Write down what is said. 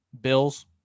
Bills